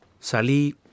Salí